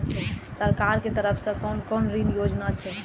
सरकार के तरफ से कोन कोन ऋण योजना छै?